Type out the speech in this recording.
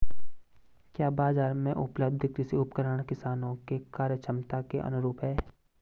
क्या बाजार में उपलब्ध कृषि उपकरण किसानों के क्रयक्षमता के अनुरूप हैं?